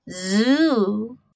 zoo